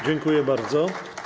Dziękuję bardzo.